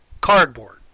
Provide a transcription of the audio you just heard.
cardboard